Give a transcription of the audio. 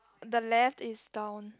the left is down